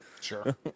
sure